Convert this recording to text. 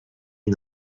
une